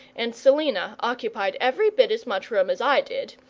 and selina occupied every bit as much room as i did,